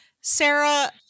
Sarah